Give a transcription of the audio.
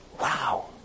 Wow